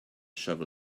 shovel